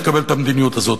תקבל את המדיניות הזאת.